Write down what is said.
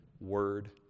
Word